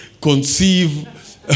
conceive